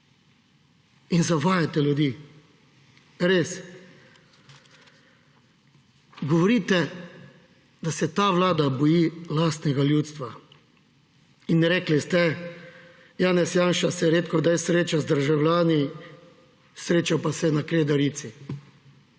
In zavajate ljudi. Res. Govorite, da se ta vlada boji lastnega ljudstva. Rekli ste – Janez Janša se redkokdaj sreča z državljani, srečal pa se je na Kredarici.